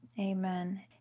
Amen